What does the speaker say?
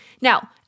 Now